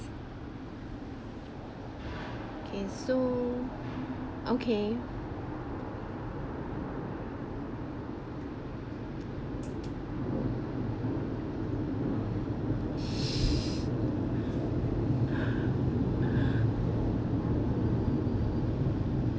kay so okay